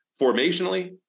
Formationally